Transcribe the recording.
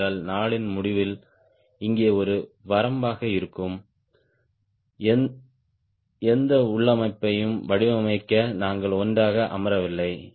ஏனென்றால் நாளின் முடிவில் இங்கே ஒரு வரம்பாக இருக்கும் எந்த உள்ளமைவையும் வடிவமைக்க நாங்கள் ஒன்றாக அமரவில்லை